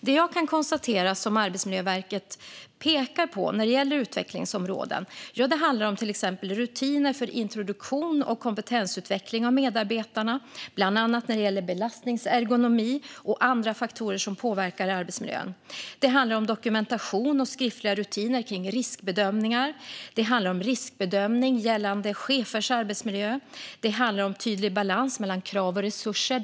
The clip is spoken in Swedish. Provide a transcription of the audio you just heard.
Det jag kan konstatera att Arbetsmiljöverket pekar på när det gäller utvecklingsområden handlar om till exempel rutiner för introduktion för och kompetensutveckling av medarbetarna. Det gäller bland annat belastningsergonomi och andra faktorer som påverkar arbetsmiljön. Det handlar om dokumentation och skriftliga rutiner för riskbedömningar. Det handlar om riskbedömning gällande chefers arbetsmiljö. Det handlar om tydlig balans mellan krav och resurser.